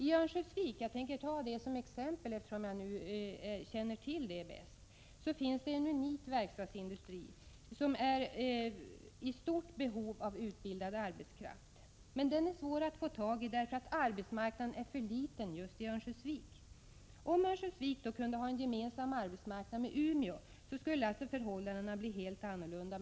I Örnsköldsvik — som jag vill ta som exempel eftersom jag känner till den staden bäst — finns en unik verkstadsindustri. Den är i stort behov av utbildad arbetskraft — som är svår att få tag i därför att arbetsmarknaden är för liten just i Örnsköldsvik. Om Örnsköldsvik kunde ha gemensam arbetsmarknad med Umeå, skulle förhållandena bli helt annorlunda.